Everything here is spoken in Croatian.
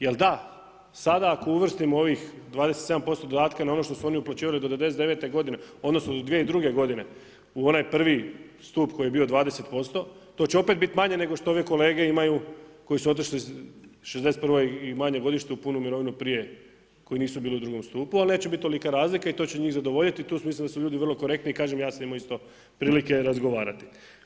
Jel da, sada ako uvrstimo ovih 27% dodatka na ono što su oni uplaćivali do '99. godine odnosno do 2002. godine u onaj prvi stup koji je bio 20% to će opet biti manje nego što ovi kolege imaju koji su otišli '61. i manje godište u punu mirovinu prije koji nisu bili u drugom stupu, ali neće biti tolika razlika i to će njih zadovoljiti i u tom smislu su ljudi vrlo korektni i ja sam imao prilike razgovarati.